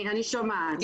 אני שומעת.